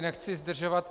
Nechci zdržovat.